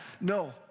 No